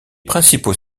principaux